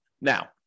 Now